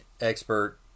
expert